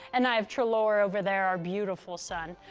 and i have treloar over there, our beautiful sun.